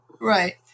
Right